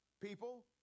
People